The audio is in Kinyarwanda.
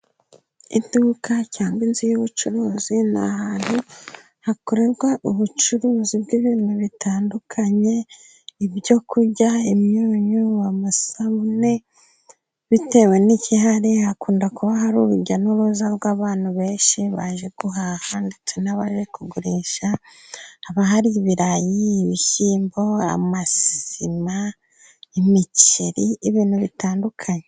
Iduka cyangwa inzu y'ubucuruzi ni ahantu hakorerwa ubucuruzi bw'ibintu bitandukanye: ibyo kurya, imyunyu, amasabune, bitewe n'igihari. Hakunda kuba hari urujya n'uruza rw'abantu benshi baje guhaha ndetse n'abari kugurisha. Haba hari ibirayi, ibishyimbo, amasima, imiceri, ibintu bitandukanye.